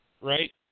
right